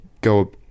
go